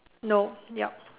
no yup